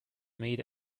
made